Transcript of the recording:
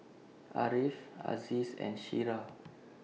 Ariff Aziz and Syirah